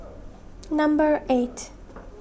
number eight